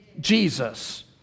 Jesus